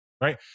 right